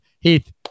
heath